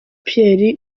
pierre